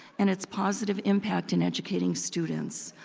and its positive impact in educating students,